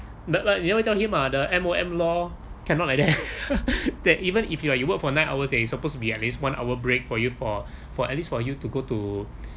but like you never tell him ah the M_O_M law cannot like that that even if you are you work for nine hours there is supposed to be at least one hour break for you for for at least for you to go to